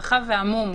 רחב ועמום.